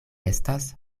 estas